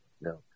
no